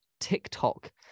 tiktok